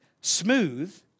smooth